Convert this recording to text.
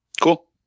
Cool